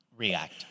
React